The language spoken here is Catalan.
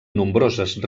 nombroses